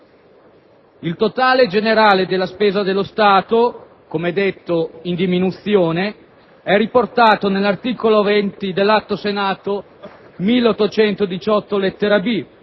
Il totale generale della spesa dello Stato, come è detto, in diminuzione, è riportato nell'articolo 20 dell'Atto Senato n. 1818-B